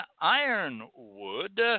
Ironwood